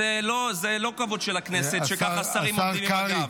זה לא מכבודה של הכנסת שככה שרים עומדים עם הגב.